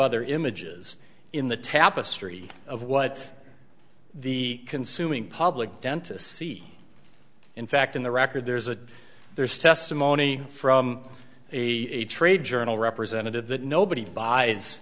other images in the tapestry of what the consuming public dentist see in fact in the record there's a there's testimony from a trade journal representative that nobody buys